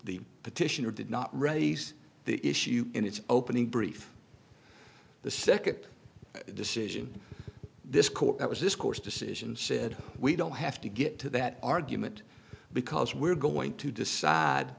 the petitioner did not raise the issue in its opening brief the second decision this court that was this court's decision said we don't have to get to that argument because we're going to decide